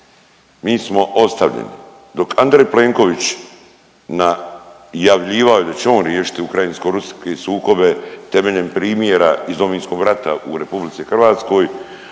mi smo ostavljeni. Dok Andrej Plenković, najavljivao je da će on riješiti ukrajinsko-ruske sukobe temeljem primjera iz Domovinskog rata u RH, u isto